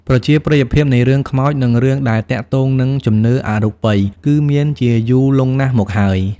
ប្រជាប្រិយភាពនៃរឿងខ្មោចនិងរឿងដែលទាក់ទងនឹងជំនឿអរូបី គឺមានជាយូរលង់ណាស់មកហើយ។